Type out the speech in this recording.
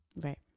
Right